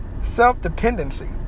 self-dependency